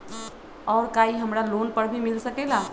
और का इ हमरा लोन पर भी मिल सकेला?